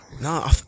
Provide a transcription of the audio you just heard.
no